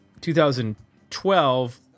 2012